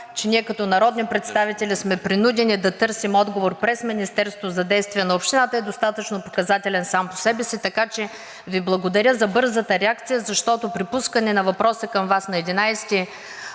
че ние като народни представители сме принудени да търсим отговор през Министерството за действия на Общината и е достатъчно показателен сам по себе си, така че Ви благодаря за бързата реакция, защото при пускане на въпроса към Вас на 11